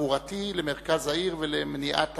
תעבורתי למרכז העיר ולמניעת